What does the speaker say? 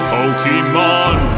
Pokemon